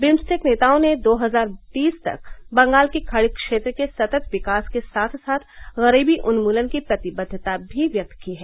BIMSTEC नेताओं ने दो हजार तीस तक बंगाल की खाड़ी क्षेत्र के सतत् विकास के साथ साथ गरीबी उन्मूलन की प्रतिबद्वता भी व्यक्त की है